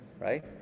right